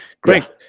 Great